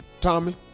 Tommy